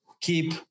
keep